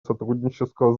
сотрудничество